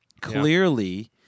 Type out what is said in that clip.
clearly